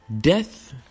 death